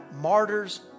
martyrs